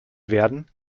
werden